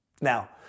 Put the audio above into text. Now